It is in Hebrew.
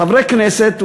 חברי כנסת,